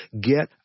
get